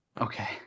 Okay